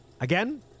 again